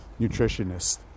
nutritionist